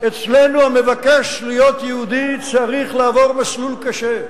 אצלנו המבקש להיות יהודי צריך לעבור מסלול קשה.